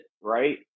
right